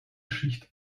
schicht